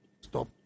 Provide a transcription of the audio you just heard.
stop